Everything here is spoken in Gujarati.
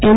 એમ